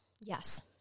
Yes